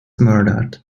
murdered